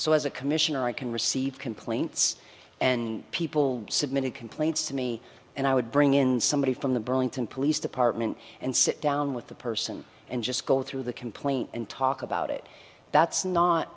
so as a commissioner i can receive complaints and people submitted complaints to me and i would bring in somebody from the burlington police department and sit down with the person and just go through the complaint and talk about it that's not